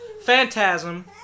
phantasm